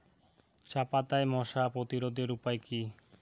চাপাতায় মশা প্রতিরোধের উপায় কি?